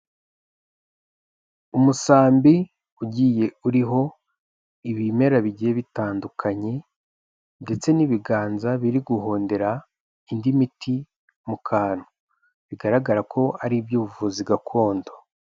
Umusambi ugiye uriho ibimera bigiye bitandukanye ndetse n'ibiganza biri guhondera indi miti mu kantu, bigaragara ko ari iby'ubuvuzi gakondo.